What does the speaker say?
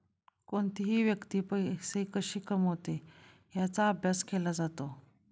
कोणतीही व्यक्ती पैसे कशी कमवते याचा अभ्यास केला जातो